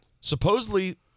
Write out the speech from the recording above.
Supposedly